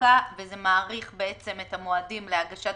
תעסוקה וזה מאריך את המועדים להגשת